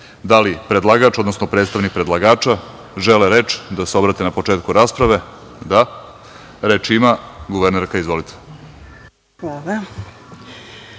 li predlagač, odnosno predstavnik predlagača želi reč, da se obrati na početku rasprave? (Da.)Reč ima guvernerka. Izvolite.